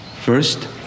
First